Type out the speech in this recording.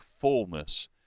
fullness